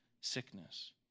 sickness